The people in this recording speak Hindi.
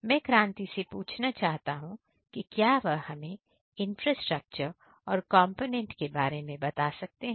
मैं क्रांति से पूछना चाहता हूं कि क्या वह हमें इंफ्रास्ट्रक्चर और कंपोनेंट के बारे में बता सकते हैं